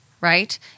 right